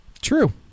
True